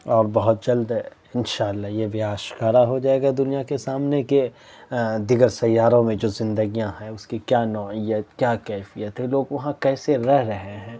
اور بہت جلد ان شااللہ یہ بھی آشکار ہو جائے گا دنیا کے سامنے کہ دیگر سیاروں میں جو زندگیاں ہیں اس کی کیا نوعیت کیا کیفیت ہے لوگ وہاں کیسے رہ رہے ہیں